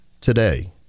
today